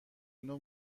نوع